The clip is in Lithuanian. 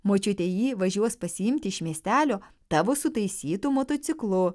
močiutė jį važiuos pasiimti iš miestelio tavo sutaisytu motociklu